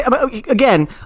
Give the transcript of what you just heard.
again